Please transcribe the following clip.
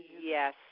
Yes